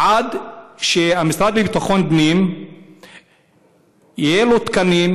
עד שלמשרד לביטחון פנים יהיו תקנים